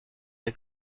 der